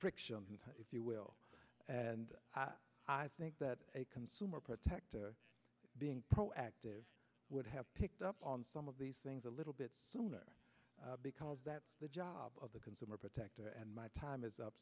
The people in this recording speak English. friction if you will and i think that a consumer protector being proactive would have picked up on some of these things a little bit sooner because that the job of the consumer protector and my time is up